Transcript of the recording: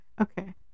Okay